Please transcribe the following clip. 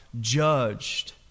judged